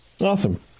Awesome